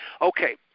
okay